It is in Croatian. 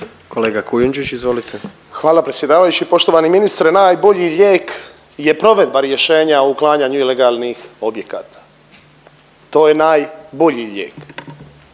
**Kujundžić, Ante (MOST)** Hvala predsjedavajući, poštovani ministre. Najbolji lijek je provedba rješenja o uklanjanju ilegalnih objekata. To je najbolji lijek.